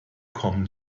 kommen